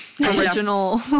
Original